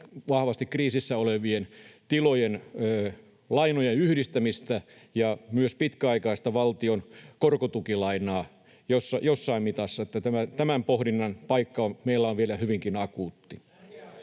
vahvasti kriisissä olevien tilojen lainojen yhdistämistä ja myös pitkäaikaista valtion korkotukilainaa jossain mitassa. Tämän pohdinnan paikka meillä on vielä hyvinkin akuutti.